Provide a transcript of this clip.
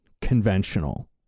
conventional